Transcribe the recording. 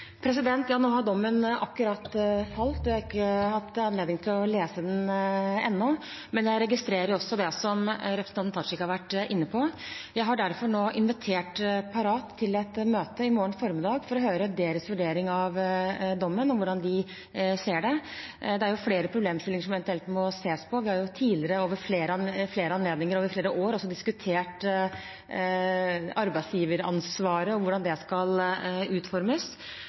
hatt anledning til å lese den ennå, men jeg registrerer også det som representanten Tajik har vært inne på. Jeg har derfor invitert Parat til et møte i morgen formiddag for å høre deres vurdering av dommen og hvordan de ser det. Det er flere problemstillinger som eventuelt må ses på. Vi har jo tidligere og ved flere anledninger over flere år også diskutert arbeidsgiveransvaret og hvordan det skal